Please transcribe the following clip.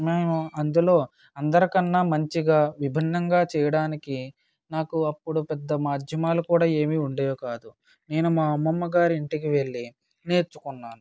మేము అందులో అందరికన్నా మంచిగా విభిన్నంగా చేయడానికి నాకు అప్పుడు పెద్ద మధ్యమాలు కూడా ఏమి ఉండేవి కాదు నేను మా అమ్మమ్మ గారి ఇంటికి వెళ్ళి నేర్చుకున్నాను